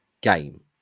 game